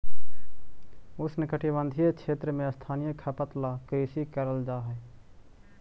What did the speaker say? उष्णकटिबंधीय क्षेत्र में स्थानीय खपत ला कृषि करल जा हई